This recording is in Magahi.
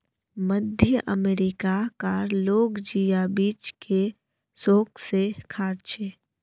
मध्य अमेरिका कार लोग जिया बीज के शौक से खार्चे